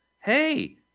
Hey